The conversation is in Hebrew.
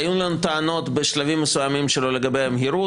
שהיו לנו טענות בשלבים מסוימים שלו לגבי המהירות,